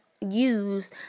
use